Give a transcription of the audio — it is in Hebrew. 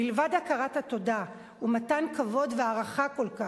מלבד הכרת התודה ומתן כבוד והערכה רבה,